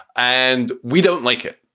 and we don't like it.